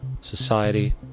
society